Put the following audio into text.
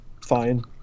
Fine